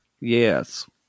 Yes